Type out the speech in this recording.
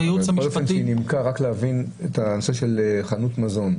היא נימקה ורציתי להבין את הנושא של חנות מזון.